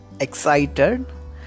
excited